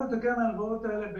שתתייחס בתוך זה גם לקרן הגדולה.